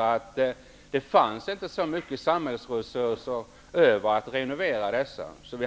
att det inte fanns så stora samhällsresurser över att det var möjligt att renovera dessa båtar.